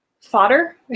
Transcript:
fodder